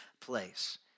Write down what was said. place